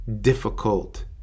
difficult